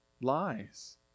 lies